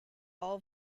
all